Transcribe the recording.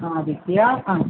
ആദിത്യ ആ